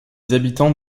habitants